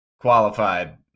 qualified